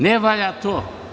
Ne valja to.